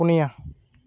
ᱯᱩᱱᱤᱭᱟ